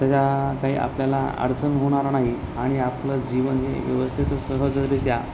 त्याचा काही आपल्याला अडचण होणार नाही आणि आपलं जीवन हे व्यवस्थित सहजरित्या